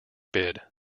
bid